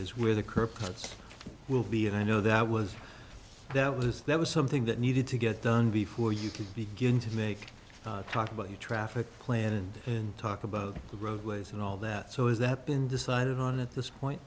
is where the curb cuts will be and i know that was that was that was something that needed to get done before you can begin to make talk about the traffic plan and and talk about the roadways and all that so is that been decided on at this point